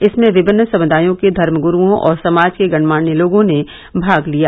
इसमें विभिन्न समुदायों के धर्मगुरूओं और समाज के गणमान्य लोगों ने भाग लिया